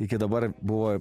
iki dabar buvo